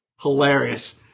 Hilarious